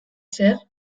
zer